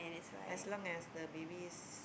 as long as the baby is